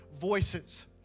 voices